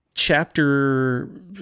Chapter